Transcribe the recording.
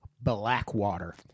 Blackwater